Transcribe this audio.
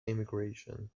emigration